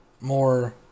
more